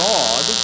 God